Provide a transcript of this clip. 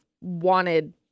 wanted